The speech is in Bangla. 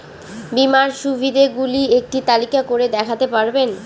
বীমার সুবিধে গুলি একটি তালিকা করে দেখাতে পারবেন?